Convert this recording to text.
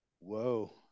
whoa